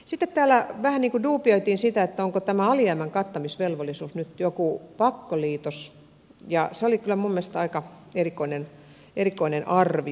sitten täällä vähän niin kuin duubioitiin sitä onko tämä alijäämän kattamisvelvollisuus nyt joku pakkoliitos ja se oli kyllä minun mielestäni aika erikoinen arvio